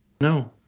No